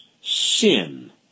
sin